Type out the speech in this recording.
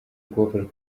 kubafasha